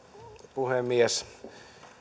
puhemies